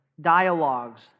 dialogues